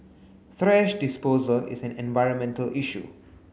thrash disposal is an environmental issue